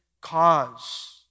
cause